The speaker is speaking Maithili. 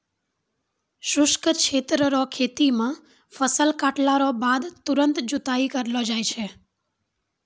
शुष्क क्षेत्र रो खेती मे फसल काटला रो बाद तुरंत जुताई करलो जाय छै